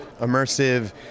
immersive